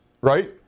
right